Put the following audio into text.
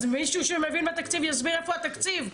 אז מישהו שמבין בתקציב יסביר איפה התקציב.